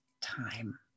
time